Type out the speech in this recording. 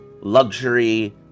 luxury